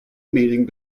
meeting